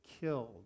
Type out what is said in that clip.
killed